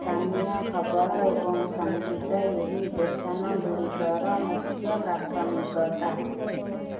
ସ୍ଥାନୀୟ ଖବର ଏବଂ ସଙ୍ଗୀତ ଏହି ଷ୍ଟେସନ ଗୁଡ଼ିକର ମୁଖ୍ୟ ପ୍ରାଥମିକତା